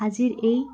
আজিৰ এই